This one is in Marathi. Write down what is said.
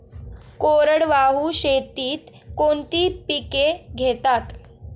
कोरडवाहू शेतीत कोणती पिके घेतात?